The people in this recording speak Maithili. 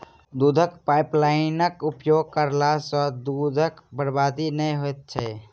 दूधक पाइपलाइनक उपयोग करला सॅ दूधक बर्बादी नै होइत छै